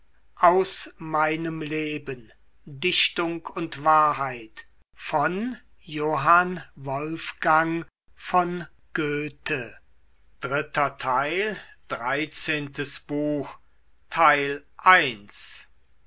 dichtung und wahrheit